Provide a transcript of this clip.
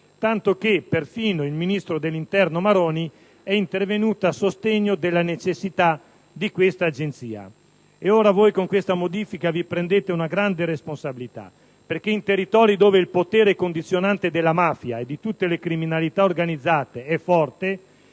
beni (perfino il ministro dell'interno Maroni è intervenuto a sostegno della necessità di una tale agenzia). Ora voi con questa modifica vi prendete una grande responsabilità, perché in territori dove il potere condizionante della mafia e di tutte le criminalità organizzate è forte